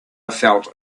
felt